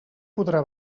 podrà